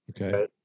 Okay